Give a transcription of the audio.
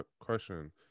question